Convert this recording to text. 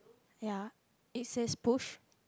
ya it says push